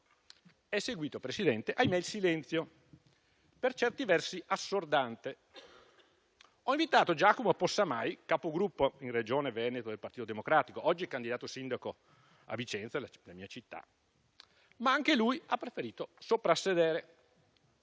signor Presidente, ahimè il silenzio, per certi versi assordante. Ho invitato Giacomo Possamai, capogruppo in Regione Veneto del Partito Democratico, oggi candidato sindaco a Vicenza, la mia città, ma anche lui ha preferito soprassedere.